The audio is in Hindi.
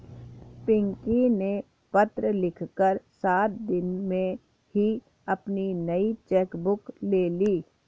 पिंकी ने पत्र लिखकर सात दिन में ही अपनी नयी चेक बुक ले ली